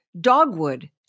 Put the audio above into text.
dogwood